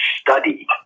study